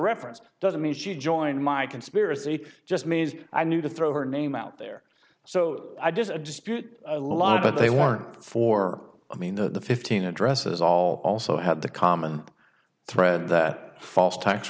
reference doesn't mean she joined my conspiracy just means i knew to throw her name out there so i just a dispute a lot but they weren't for i mean the fifteen addresses all also had the common thread the false tax